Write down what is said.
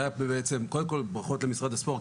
קודם כל ברכות למשרד הספורט,